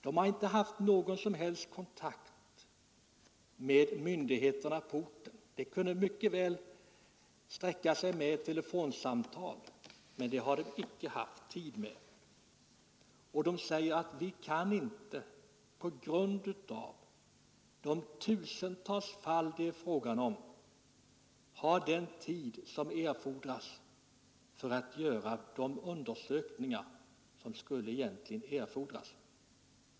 De har inte haft någon som helst kontakt med myndigheterna på orten. Det kunde mycket väl räcka med ett telefonsamtal, men det har de inte haft tid med, och de säger att vi kan inte på grund av de tusentals fall det är fråga om avsätta tid för de undersökningar som egentligen skulle erfordras.